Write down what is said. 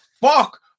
fuck